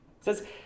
says